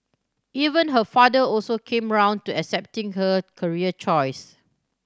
even her father also came round to accepting her career choice